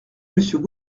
monsieur